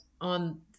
on